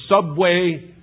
subway